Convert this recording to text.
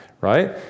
right